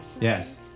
yes